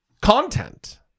content